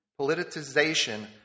politicization